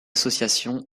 association